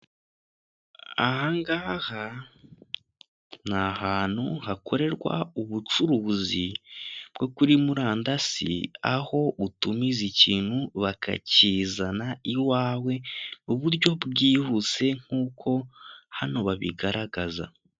Aha ngaha ni ahantu hakorerwa ubucuruzi bwo kuri murandasi aho utumiza ikintu bakakizana iwawe mu buryo bwihuse nk'uko hano babigaragaza.